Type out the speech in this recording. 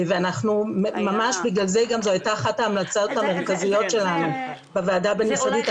בגלל זה זו הייתה אחת ההמלצות המרכזיות שלנו בוועדה הבין משרדית,